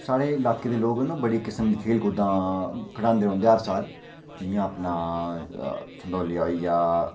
साढ़े लाके दे लोक ना बड़ी किस्म दी खेल कूदां खडांदे रौंह्दे हर साल जियां अपना सनतोलियां होई गेआ